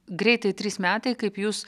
greitai trys metai kaip jūs